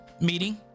meeting